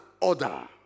order